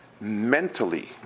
mentally